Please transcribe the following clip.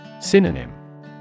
Synonym